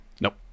Nope